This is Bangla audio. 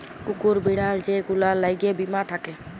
কুকুর, বিড়াল যে গুলার ল্যাগে বীমা থ্যাকে